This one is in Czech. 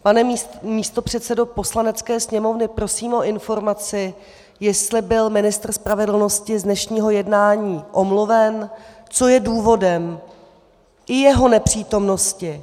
Pane místopředsedo Poslanecké sněmovny, prosím o informaci, jestli byl ministr spravedlnosti z dnešního jednání omluven, co je důvodem i jeho nepřítomnosti.